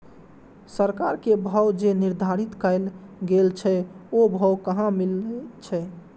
सरकार के भाव जे निर्धारित कायल गेल छै ओ भाव कहाँ मिले छै?